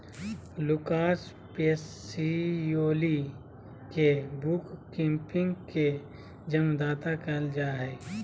Lucas Pacioli के bookkeeping के जन्मदाता कहल जा हइ